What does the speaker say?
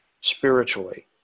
spiritually